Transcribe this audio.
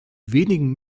wenigen